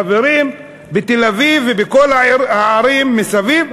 חברים בתל-אביב ובכל הערים מסביב,